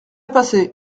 passé